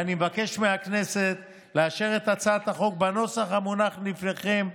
ואני מבקש מהכנסת לאשר את הצעת החוק בנוסח המונח לפניכם,